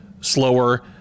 slower